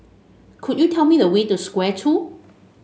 could you tell me the way to Square Two